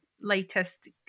latest